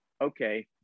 okay